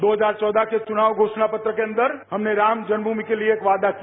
दो हजार चौदह के चुनाव घोषणा पत्र के अंदर हमने रामजन्म भूमि के लिए एक वादा किया